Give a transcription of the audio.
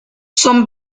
son